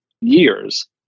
years